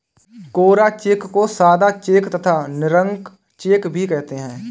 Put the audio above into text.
कोरा cheque को सादा cheque तथा निरंक चेक भी कहते हैं